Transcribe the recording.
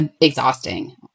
exhausting